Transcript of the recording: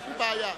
אין לי בעיה.